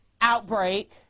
Outbreak